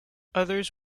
others